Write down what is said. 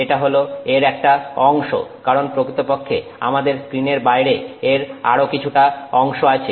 এটা হল এর একটা অংশ কারণ প্রকৃতপক্ষে আমাদের স্ক্রীনের বাইরে এর আরো কিছুটা অংশ আছে